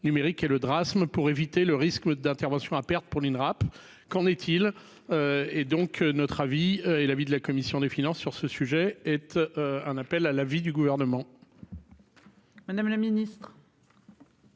et le Drassm pour éviter le risque d'intervention à perte pour l'Inrap, qu'en est-il, et donc notre avis et l'avis de la commission des finances sur ce sujet : être un appel à la vie du gouvernement. Madame la Ministre.